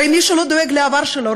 הרי מי שלא דואג לעבר שלו,